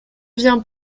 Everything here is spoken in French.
vient